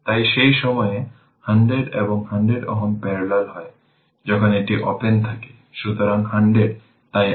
তাই সেই সময়ে 100 এবং 100 Ω প্যারালেল হয় যখন এটি ওপেন থাকে